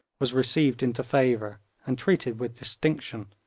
was received into favour and treated with distinction,